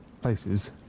places